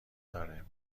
داره